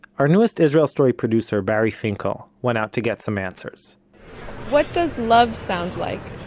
our newest israel story producer, bari finkel, went out to get some answers what does love sound like?